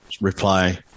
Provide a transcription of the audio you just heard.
reply